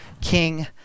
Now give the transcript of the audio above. King